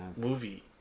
movie